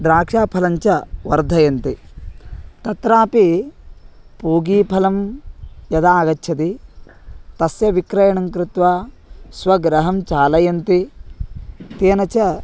द्राक्षाफलं च वर्धयन्ति तत्रापि पूगीफलं यदा आगच्छति तस्य विक्रयणं कृत्वा स्वगृहं चालयन्ति तेन च